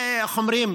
זה, איך אומרים?